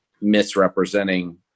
misrepresenting